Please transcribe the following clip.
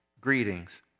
Greetings